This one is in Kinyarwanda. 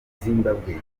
zimbabwe